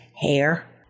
hair